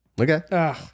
okay